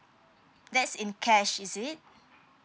that's in cash is it